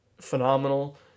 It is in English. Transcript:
phenomenal